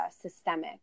systemic